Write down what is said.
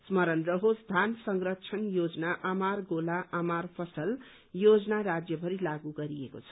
स्रमणर रहोस धान संरक्षण योजना आमार गोला आमार फसल योजना राज्यारि लागू गरिएको छ